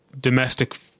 domestic